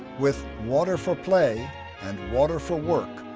with water for play and water for work,